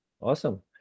Awesome